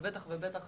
ובטח ובטח